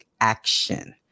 action